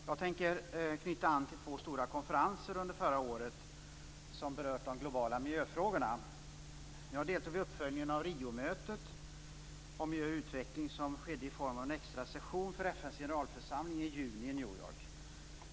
Fru talman! Det är världshavens år i år enligt FN. Världshaven är mänsklighetens soptunnor.